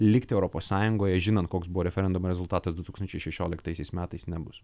likti europos sąjungoje žinant koks buvo referendumo rezultatas du tūkstančiai šešioliktaisiais metais nebus